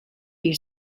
you